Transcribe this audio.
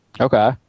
Okay